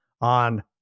on